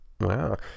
Wow